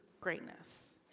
greatness